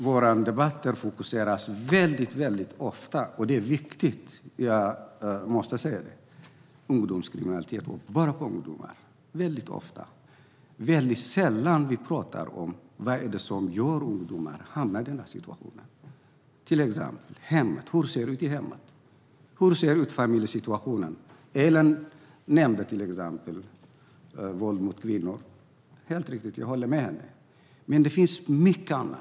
Våra debatter fokuserar tyvärr ofta - det är viktigt, måste jag säga - på ungdomskriminalitet. Det är väldigt sällan som vi pratar om vad som gör att ungdomar hamnar i den situationen. Hur ser det till exempel ut hemma? Hur ser familjesituationen ut? Ellen Juntti nämnde till exempel våld mot kvinnor. Jag håller med henne. Men det finns mycket annat.